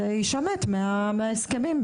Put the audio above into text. אז זה יישמט מההסכמים.